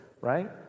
Right